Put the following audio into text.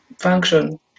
function